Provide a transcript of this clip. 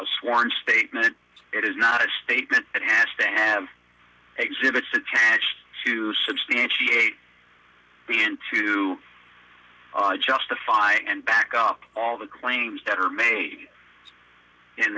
a sworn statement it is not a statement it has to have exhibits attached to substantiate b and to justify and back up all the claims that are made in